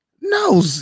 No